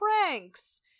pranks